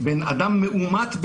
אנשים מאומתים